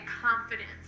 confidence